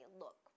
look